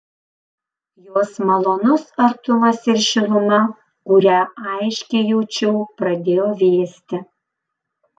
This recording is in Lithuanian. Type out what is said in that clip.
jos malonus artumas ir šiluma kurią aiškiai jaučiau pradėjo vėsti